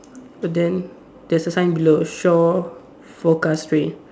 but then there's a sign below shore forecast rain